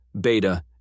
beta